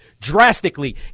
drastically